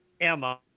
Emma